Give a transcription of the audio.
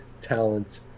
talent